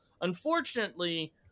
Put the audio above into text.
unfortunately